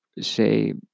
say